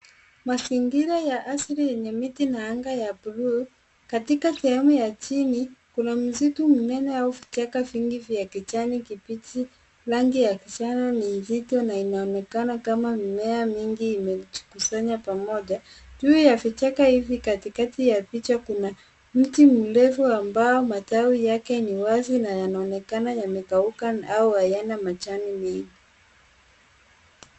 Mazingira ya asili yenye miti na anga ya buluu. Katika sehemu ya chini, kuna msitu mnene au vichaka vingi vya kijani kibichi. Rangi ya kijana ni nzito na inaonekana kama mmea mingi imejikusanya pamoja. Juu ya vichaka hivi katikati ya picha kuna mti mrefu ambao matawi yake ni wazi na yanaonekana yamekauka au hayana majani mengi.